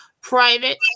private